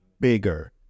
bigger